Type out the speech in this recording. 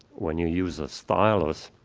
when you use a stylus,